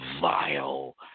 vile